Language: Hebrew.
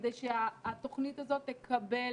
כדי שהתוכנית הזו תקבל